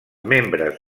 membres